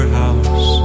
house